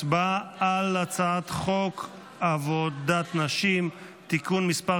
הצבעה על הצעת חוק עבודת נשים (תיקון מס'